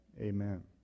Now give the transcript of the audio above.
Amen